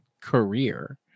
career